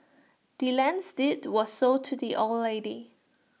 the land's deed was sold to the old lady